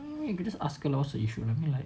eh you can just ask her what's her issue I mean like